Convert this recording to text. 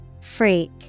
Freak